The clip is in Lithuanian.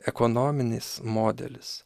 ekonominis modelis